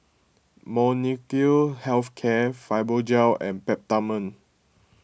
Molnylcke Health Care Fibogel and Peptamen